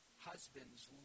husbands